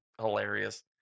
hilarious